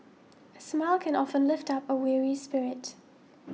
a smile can often lift up a weary spirit